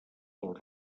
dels